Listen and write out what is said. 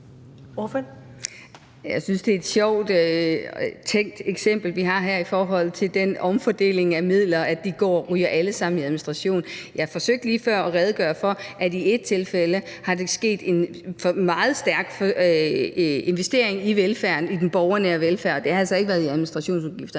Jeg synes, det er et lidt sjovt tænkt eksempel, vi har her i forhold til den omfordeling af midler, nemlig at de alle sammen ryger i administrationen. Jeg forsøgte lige før at redegøre for, at i et tilfælde er fordelingen sket ved en meget solid investering i den borgernære velfærd, så det har altså ikke været i administrationsudgifter.